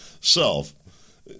self